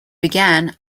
began